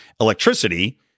electricity